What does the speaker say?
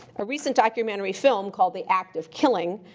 a recent documentary film called the act of killing,